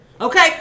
okay